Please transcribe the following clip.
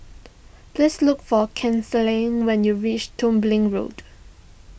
please look for Kinsley when you reach Dublin Road